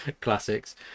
Classics